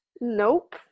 Nope